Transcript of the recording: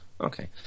okay